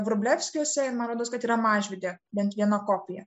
vrublevskiuose ir man rodos kad yra mažvyde bent viena kopija